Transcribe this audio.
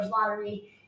lottery